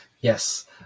Yes